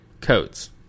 codes